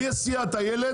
תסביר לי, מי יסיע את הילד?